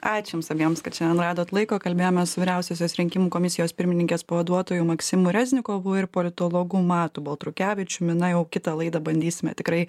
ačiū jums abiems kad šiandien radot laiko kalbėjome su vyriausiosios rinkimų komisijos pirmininkės pavaduotoju maksimu reznikovu ir politologu matu baltrukevičium na jau kitą laidą bandysime tikrai